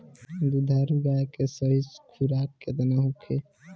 दुधारू गाय के सही खुराक केतना होखे?